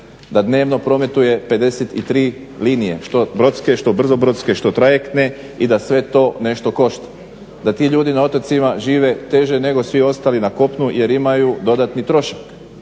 da dnevno prometuje 53 linije što brodske, što brzo brodske, što trajektne i da sve to nešto košta, da ti ljudi na otocima žive teže nego svi ostali na kopnu jer imaju dodatni trošak.